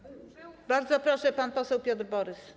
Bardzo proszę, pan poseł Piotr Borys.